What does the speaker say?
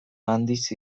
handiz